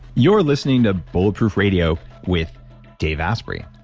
you're listening to bulletproof radio with dave asprey.